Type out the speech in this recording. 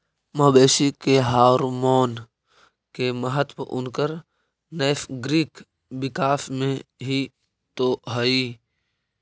मवेशी के हॉरमोन के महत्त्व उनकर नैसर्गिक विकास में हीं तो हई